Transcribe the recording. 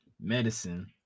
medicine